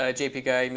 ah jp guy. i mean